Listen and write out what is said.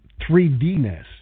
3D-ness